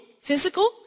physical